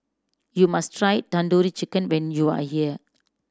you must try Tandoori Chicken when you are here